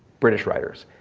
british writers,